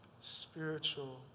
spiritual